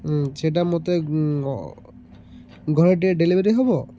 ସେଟା ମୋତେ ଘରେ ଟିିକେ ଡେଲିଭରି ହବ